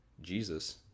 Jesus